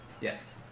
Yes